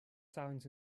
sounds